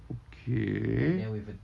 okay